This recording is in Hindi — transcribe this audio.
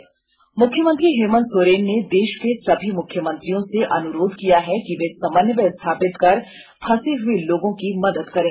हेल्पलाइन नंबर मुख्यमंत्री हेमंत सोरेन ने देष के सभी मुख्यमंत्रियों से अनुरोध किया है कि वे समन्वय स्थापित कर फंसे हुए लोगों की मदद करें